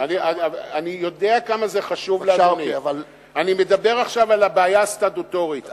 אני מדבר עכשיו על הבעיה הסטטוטורית.